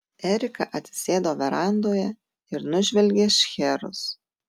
erika atsisėdo verandoje ir nužvelgė šcherus